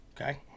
Okay